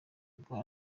ubwo